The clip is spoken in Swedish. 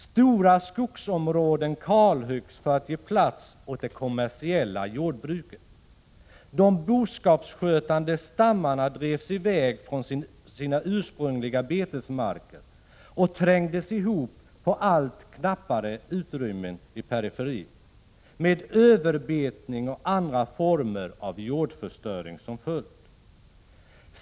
Stora skogsområden kalhöggs för att ge plats åt det kommersiella jordbruket. De boskapsskötande stammarna drevs i väg från sina ursprungliga betesmarker och trängdes ihop på allt knappare utrymmen i periferin med överbetning och andra former av jordförstöring som följd.